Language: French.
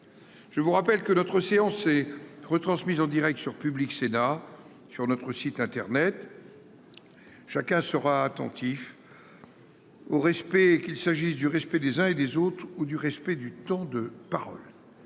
Je vous rappelle que notre séance et retransmise en Direct sur Public Sénat sur notre site internet. Chacun sera attentif. Au respect qu'il s'agisse du respect des uns et des autres ou du respect du temps de parole.